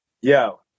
Yo